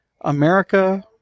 America